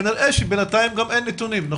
כנראה שבינתיים גם אין נתונים.